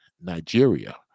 Nigeria